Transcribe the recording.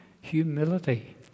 humility